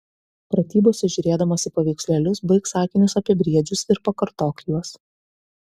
pratybose žiūrėdamas į paveikslėlius baik sakinius apie briedžius ir pakartok juos